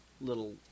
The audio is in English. little